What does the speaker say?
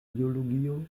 biologio